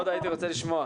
יש לנו בלימודי אזרחות ספר